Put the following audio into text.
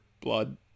blood